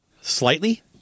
Slightly